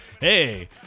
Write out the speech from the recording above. Hey